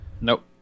Nope